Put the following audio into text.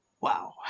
wow